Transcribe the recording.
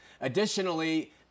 Additionally